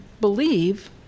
believe